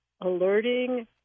alerting